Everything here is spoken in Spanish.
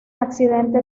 accidente